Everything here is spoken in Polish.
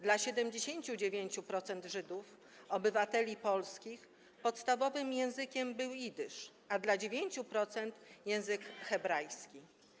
Dla 79% Żydów, obywateli polskich, podstawowym językiem był jidysz, a dla 9% - język hebrajski.